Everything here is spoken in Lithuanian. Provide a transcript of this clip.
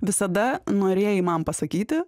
visada norėjai man pasakyti